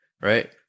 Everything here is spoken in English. right